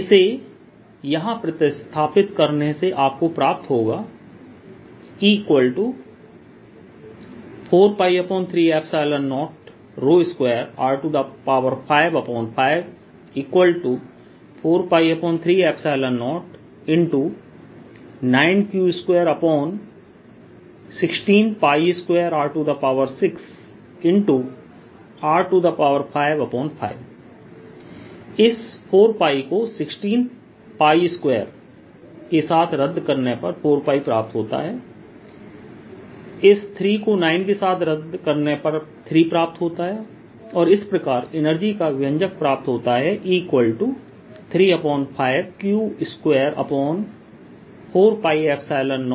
इसे यहां प्रतिस्थापित करने से आपको प्राप्त होगा E4π302r554π309Q2162R6r55 इस 4𝜋 को 162 के साथ रद्द करने पर 4𝜋 प्राप्त होता है इस 3 को 9 के साथ रद्द करने पर 3 प्राप्त होता है और इस प्रकार एनर्जी का व्यंजक प्राप्त होता है E35Q24π0R